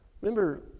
Remember